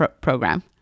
program